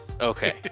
Okay